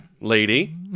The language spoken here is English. lady